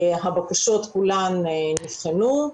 הבקשות כולן נבחנו.